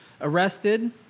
arrested